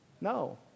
No